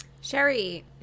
sherry